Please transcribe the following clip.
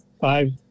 five